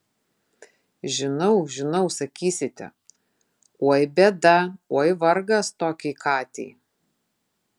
žinau žinau sakysite oi bėda oi vargas tokiai katei